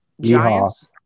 Giants